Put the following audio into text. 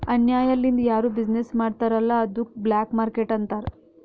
ಅನ್ಯಾಯ ಲಿಂದ್ ಯಾರು ಬಿಸಿನ್ನೆಸ್ ಮಾಡ್ತಾರ್ ಅಲ್ಲ ಅದ್ದುಕ ಬ್ಲ್ಯಾಕ್ ಮಾರ್ಕೇಟ್ ಅಂತಾರ್